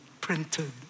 printed